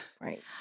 Right